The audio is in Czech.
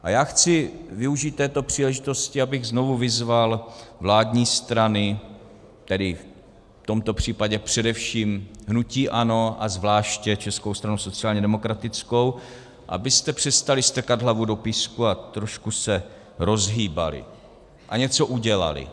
A já chci využít této příležitosti, abych znovu vyzval vládní strany, tedy v tomto případě především hnutí ANO a zvláště Českou stranu sociálně demokratickou, abyste přestali strkat hlavu do písku a trošku se rozhýbali a něco udělali.